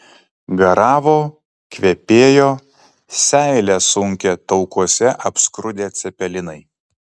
garavo kvepėjo seilę sunkė taukuose apskrudę cepelinai